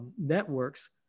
networks